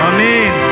Amen